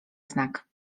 znak